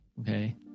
Okay